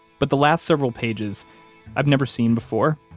but the last several pages i've never seen before,